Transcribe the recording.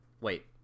Wait